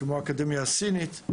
האקדמיה הסינית,